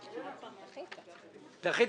שני תקני כוח אדם.